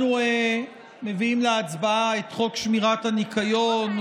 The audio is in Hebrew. אנחנו מביאים להצבעה את חוק שמירת הניקיון,